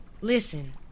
Listen